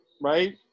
right